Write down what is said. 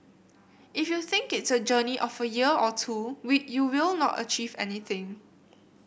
if you think it's a journey of a year or two we you will not achieve anything